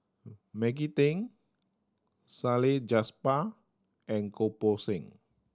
Maggie Teng Salleh and Goh Poh Seng